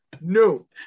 No